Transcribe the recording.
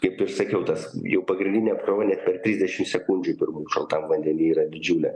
kaip ir sakiau tas jų pagrindinė apkrova net per trisdešimt sekundžių pirmų šaltam vandeny yra didžiulė